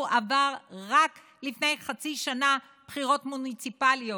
עבר רק לפני חצי שנה בחירות מוניציפליות,